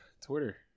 Twitter